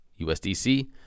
USDC